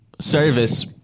service